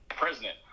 president